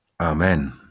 Amen